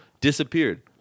Disappeared